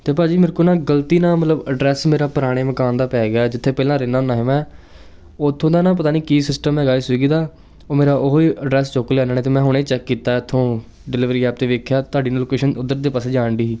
ਅਤੇ ਭਾਅ ਜੀ ਮੇਰੇ ਕੋਲ ਨਾ ਗਲਤੀ ਨਾ ਮਤਲਬ ਅਡਰੈਸ ਮੇਰਾ ਪੁਰਾਣੇ ਮਕਾਨ ਦਾ ਪੈ ਗਿਆ ਜਿੱਥੇ ਪਹਿਲਾਂ ਰਹਿੰਦਾ ਹੁੰਦਾ ਸੀ ਮੈਂ ਉੱਥੋਂ ਦਾ ਨਾ ਪਤਾ ਨਹੀਂ ਕੀ ਸਿਸਟਮ ਹੈਗਾ ਹੈ ਸਵੀਗੀ ਦਾ ਉਹ ਮੇਰਾ ਉਹੀ ਅਡਰੈਸ ਚੁੱਕ ਲਿਆ ਇਹਨਾਂ ਨੇ ਅਤੇ ਮੈਂ ਹੁਣੇ ਚੈੱਕ ਕੀਤਾ ਇੱਥੋਂ ਡਿਲੀਵਰੀ ਐਪ 'ਤੇ ਦੇਖਿਆ ਤੁਹਾਡੀ ਲੋਕੇਸ਼ਨ ਉੱਧਰ ਦੇ ਪਾਸੇ ਜਾਣ ਡੀ ਸੀ